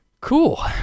Cool